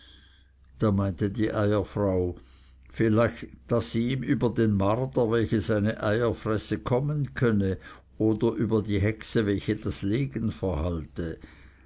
da meinte die eierfrau vielleicht daß sie ihm über den marder welcher seine eier fresse kommen könne oder über die hexe welche das legen verhalte